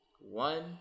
One